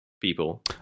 people